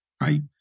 right